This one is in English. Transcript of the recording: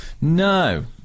No